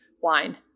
Wine